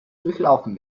durchlaufen